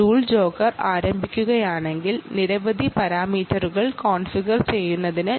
joule ജോട്ടർ നിർമിക്കുന്നതിനായി നിരവധി പാരാമീറ്ററുകൾ കോൺഫിഗർ ചെയ്യേണ്ടതുണ്ട്